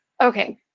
okay